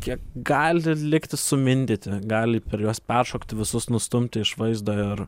kiek gali likti sumindyti gali per juos peršokti visus nustumti iš vaizdo ir